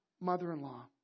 mother-in-law